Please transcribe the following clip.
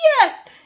yes